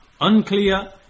unclear